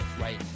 right